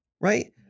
Right